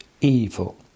evil